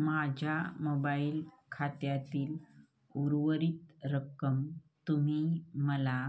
माझ्या मोबाईल खात्यातील उर्वरीत रक्कम तुम्ही मला